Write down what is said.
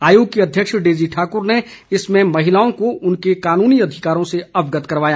आयोग की अध्यक्ष डेजी ठाक्र ने इसमें महिलाओं को उनके कानूनी अधिकारों से अवगत कराया